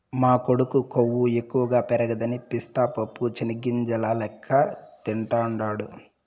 మా కొడుకు కొవ్వు ఎక్కువ పెరగదని పిస్తా పప్పు చెనిగ్గింజల లెక్క తింటాండాడు